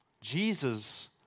Jesus